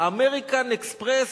אשראי "אמריקן אקספרס",